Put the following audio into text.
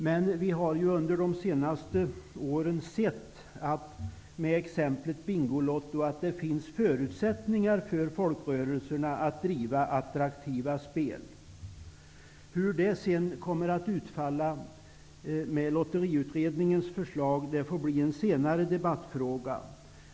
Men vi har sett under senare år, med exemplet Bingolotto, att det finns förutsättningar för folkrörelserna att driva attraktiva spel. Hur det sedan kommer att utfalla med Lotteriutredningens förslag får bli en senare debattfråga.